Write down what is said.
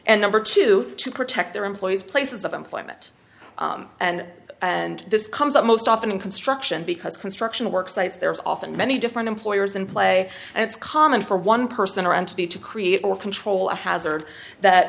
and number two to protect their employees places of employment and and this comes up most often in construction because construction work site there's often many different employers in play and it's common for one person or entity to create or control a hazard that